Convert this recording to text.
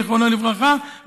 זיכרונו לברכה,